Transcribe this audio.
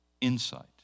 insight